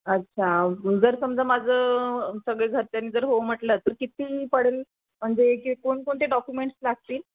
अच्छा जर समजा माझं सगळे घरच्यानी जर हो म्हटलं तर किती पडेल म्हणजे की कोणकोणते डॉक्युमेंट्स लागतील